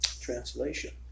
translation